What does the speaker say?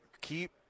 keep